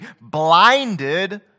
blinded